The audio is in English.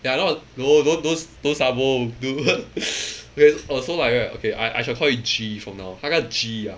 ya no don't don't don't sabo Google oh so like right okay I I shall call it G from now 那个 G ah